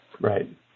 Right